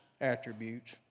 attributes